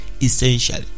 essentially